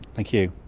thank you.